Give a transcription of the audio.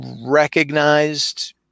recognized